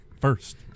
First